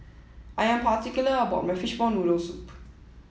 I am particular about my Fishball Noodle Soup